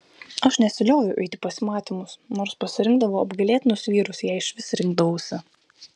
aš nesilioviau eiti į pasimatymus nors pasirinkdavau apgailėtinus vyrus jei išvis rinkdavausi